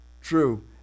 true